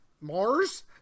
Mars